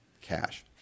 cash